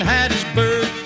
Hattiesburg